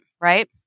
right